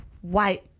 white